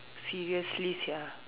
seriously sia